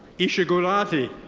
isha gulathi.